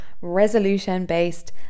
resolution-based